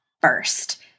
first